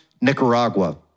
Nicaragua